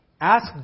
ask